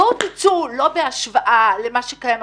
בואו תצאו לא בהשוואה למה שקיים,